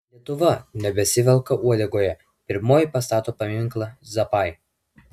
lietuva nebesivelka uodegoje pirmoji pastato paminklą zappai